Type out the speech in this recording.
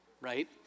right